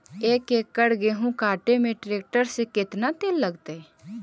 एक एकड़ गेहूं काटे में टरेकटर से केतना तेल लगतइ?